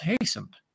hastened